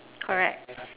correct